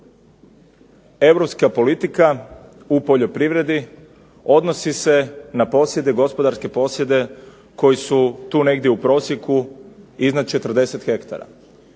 europska politika u poljoprivredi odnosi se na posjede, gospodarske posjede koji su tu negdje u prosjeku iznad 40 hektara.